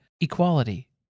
equality